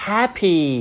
Happy